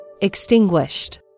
Extinguished